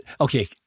Okay